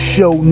Show